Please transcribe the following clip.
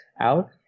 out